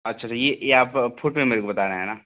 अच्छा अच्छा ये ये आप फुट में मेरे को बता रहे हैं ना